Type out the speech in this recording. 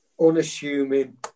unassuming